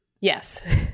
Yes